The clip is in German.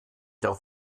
darauf